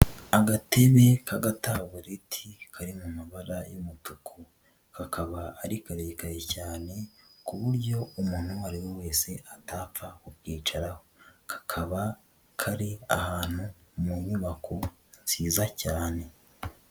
Agatebe k'agatabureti kari mu mabara y'umutuku, kakaba ari karerekare cyane ku buryo umuntu uwo ari we wese atapfa kukicaraho, kakaba kari ahantu mu nyubako nziza cyane.